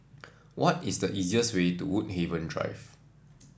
what is the easiest way to Woodhaven Drive